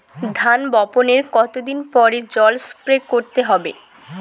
ধান বপনের কতদিন পরে জল স্প্রে করতে হবে?